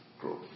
growth